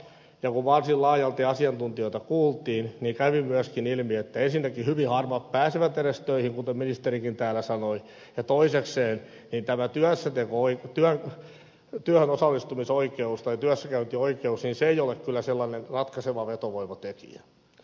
kun varsin laajalti asiantuntijoita kuultiin kävi myöskin ilmi että ensinnäkin hyvin harvat pääsevät edes töihin kuten ministerikin täällä sanoi ja toisekseen ikävä kyllä sitä voi tilata ja työhön osallistumisoikeus tai tämä työssäkäyntioikeus ei kyllä ole ratkaiseva vetovoimatekijä